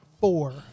four